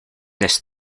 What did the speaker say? this